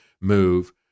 move